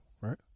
right